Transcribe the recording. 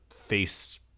face